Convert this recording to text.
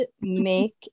make